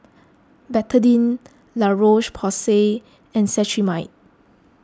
Betadine La Roche Porsay and Cetrimide